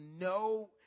no